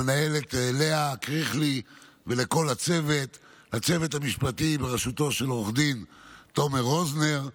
למנהלת לאה קריכלי ולכל הצוות המשפטי בראשותו של עו"ד תומר רוזנר.